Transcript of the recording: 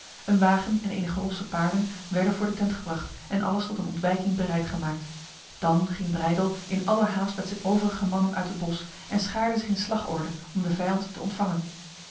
een wagen en enige losse paarden werden voor de tent gebracht en alles tot een ontwijking bereid gemaakt dan ging breydel in allerhaast met zijn overige mannen uit het bos en schaarde zich in slagorde om de vijand te ontvangen